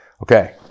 Okay